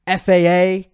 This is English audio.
FAA